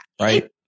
right